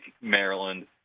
Maryland